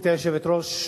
גברתי היושבת-ראש,